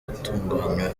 gutunganywa